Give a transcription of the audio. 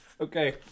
Okay